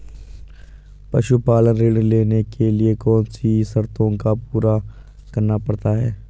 पशुपालन ऋण लेने के लिए कौन सी शर्तों को पूरा करना पड़ता है?